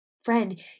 Friend